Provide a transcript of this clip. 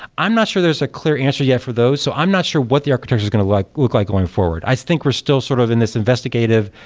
i'm not sure there's a clear answer yet for those, so i'm not sure what the architecture is going to like look like going forward. i think we're still sort of in this investigative,